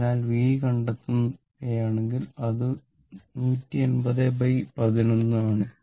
അതിനാൽ v കണ്ടെത്തുകയാണെങ്കിൽ അത് 18011 വോൾട്ട് ആണ്